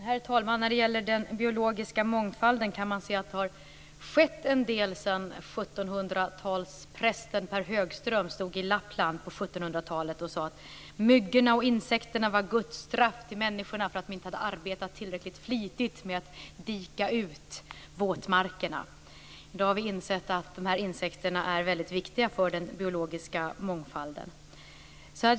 Herr talman! När det gäller den biologiska mångfalden kan man se att det har skett en del sedan 1700 talsprästen Pehr Högström stod i Lappland och sade att myggorna och insekterna var Guds straff till människorna för att de inte hade arbetat tillräckligt flitigt med att dika ut våtmarkerna. I dag har vi insett att de här insekterna är väldigt viktiga för den biologiska mångfalden.